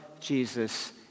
Jesus